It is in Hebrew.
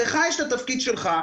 לך יש את התפקיד שלך,